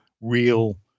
real